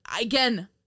again